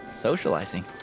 socializing